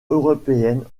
européenne